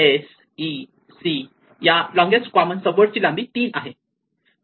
s e c या longest common subword ची लांबी 3 आहे